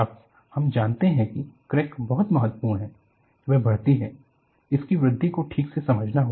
अब हम जानते हैं कि क्रैक बहुत महत्वपूर्ण हैवह बढ़ती है इसकी वृद्धि को ठीक से समझना होगा